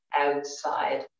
outside